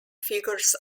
figures